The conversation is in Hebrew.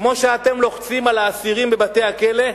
כמו שאתם לוחצים על האסירים בבתי-הכלא,